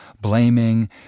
blaming